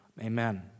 Amen